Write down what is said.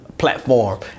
platform